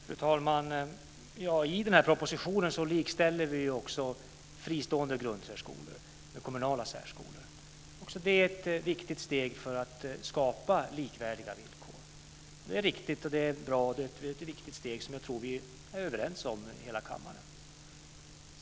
Fru talman! I den här propositionen likställer vi fristående grundsärskolor med kommunala särskolor. Också det är ett viktigt steg för att skapa likvärdiga villkor. Det är ett viktigt och bra steg som jag tror att vi är överens om i hela kammaren.